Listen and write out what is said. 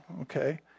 Okay